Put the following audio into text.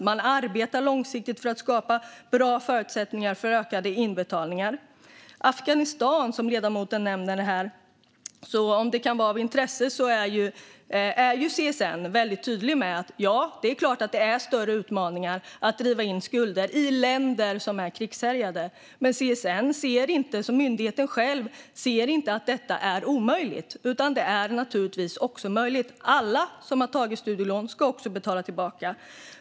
Man arbetar långsiktigt för att skapa bra förutsättningar för ökade inbetalningar. Ledamoten nämner här Afghanistan. Om det kan vara av intresse är CSN tydligt med att det är klart att det är större utmaningar att driva in skulder i länder som är krigshärjade, men CSN anser inte att det är omöjligt utan anser att det naturligtvis också är möjligt. Alla som har tagit studielån ska också betala tillbaka.